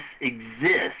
exists